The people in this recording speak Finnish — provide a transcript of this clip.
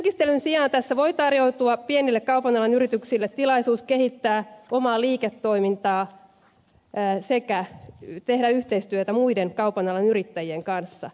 synkistelyn sijaan tässä voi tarjoutua pienille kaupan alan yrityksille tilaisuus kehittää omaa liiketoimintaa sekä tehdä yhteistyötä muiden kaupan alan yrittäjien kanssa